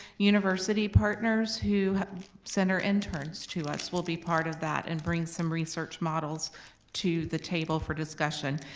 university partners who send our interns to us will be part of that and bring some research models to the table for discussion.